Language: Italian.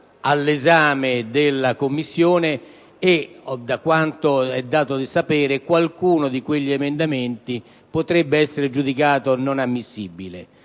all'esame della Commissione e, da quanto è dato sapere, qualcuno di essi potrebbe essere giudicato non ammissibile